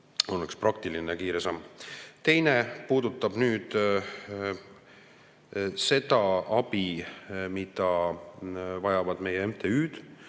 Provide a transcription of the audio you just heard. on üks praktiline kiire samm. Teine puudutab seda abi, mida vajavad meie MTÜ-d.